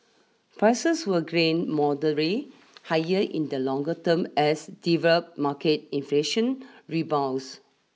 prices will grained moderate higher in the longer term as develop market inflation rebounds